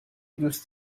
دوست